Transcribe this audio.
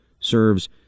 serves